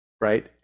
right